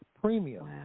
premium